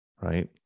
right